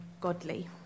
godly